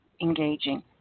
engaging